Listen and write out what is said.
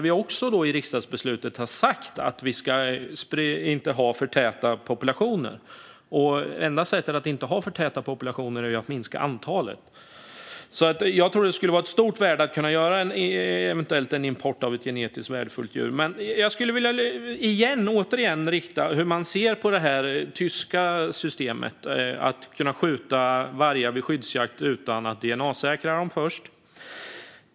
Vi har i riksdagsbeslutet sagt att vi inte ska ha för täta populationer. Enda sättet att inte ha för täta populationer är att minska antalet djur. Jag tror därför att det skulle vara av stort värde att eventuellt kunna importera ett genetiskt värdefullt djur. Återigen skulle jag vilja fråga hur man ser på det tyska systemet, alltså att kunna skjuta vargar vid skyddsjakt utan att DNA-säkra dem först.